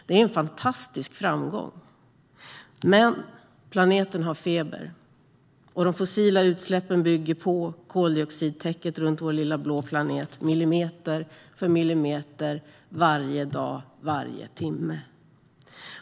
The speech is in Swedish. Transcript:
Det är en fantastisk framgång. Men planeten har feber. De fossila utsläppen bygger på koldioxidtäcket runt vår lilla blå planet millimeter för millimeter varje dag och varje timme.